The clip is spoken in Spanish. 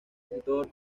escritor